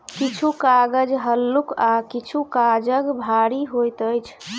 किछु कागज हल्लुक आ किछु काजग भारी होइत अछि